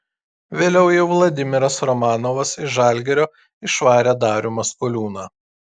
vėliau jau vladimiras romanovas iš žalgirio išvarė darių maskoliūną